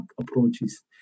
approaches